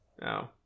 No